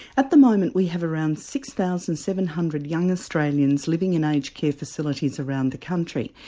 at the moment we have around six thousand seven hundred young australians living in aged care facilities around the country.